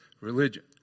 religion